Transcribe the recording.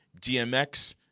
DMX